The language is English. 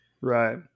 Right